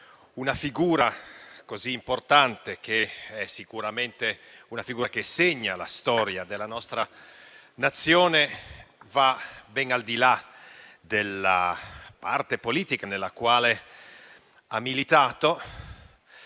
una figura così importante, che ha segnato sicuramente la storia della nostra Nazione, va ben al di là della parte politica nella quale ha militato.